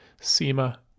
SEMA